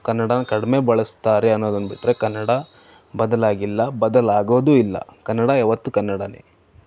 ಕನ್ನಡನ ಕಡಿಮೆ ಬಳಸ್ತಾರೆ ಅನ್ನೋದನ್ನು ಬಿಟ್ಟರೆ ಕನ್ನಡ ಬದಲಾಗಿಲ್ಲ ಬದಲಾಗೋದು ಇಲ್ಲ ಕನ್ನಡ ಯಾವತ್ತೂ ಕನ್ನಡನೇ